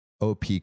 OP